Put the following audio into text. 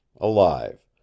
alive